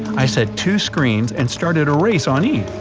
i set two screens and started a race on each.